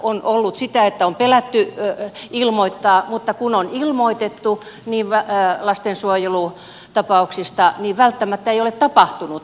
on ollut sitä että on pelätty ilmoittaa mutta kun on ilmoitettu lastensuojelutapauksista niin välttämättä ei ole tapahtunut mitään